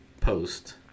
post